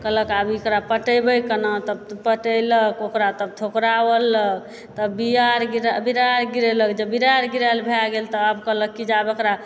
कहलक आब एकरा पटेबय केना तब तऽ पटेलक ओकरा तब थोकराबलक तऽ तब बीया अर गिरय बीरार गिरेलक जब बीरार गिरल भै गेल तऽ आब कहलक की आब एकरा